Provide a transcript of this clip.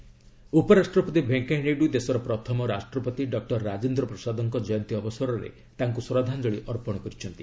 ରାଜେନ୍ଦ୍ର ପ୍ରସାଦ ଉପରାଷ୍ଟ୍ରପତି ଭେଙ୍କିୟା ନାଇଡୁ ଦେଶର ପ୍ରଥମ ରାଷ୍ଟ୍ରପତି ଡକ୍ଟର ରାଜେନ୍ଦ୍ର ପ୍ରସାଦଙ୍କ ଜୟନ୍ତୀ ଅବସରରେ ତାଙ୍କୁ ଶ୍ରଦ୍ଧାଞ୍ଜଳି ଅର୍ପଣ କରିଛନ୍ତି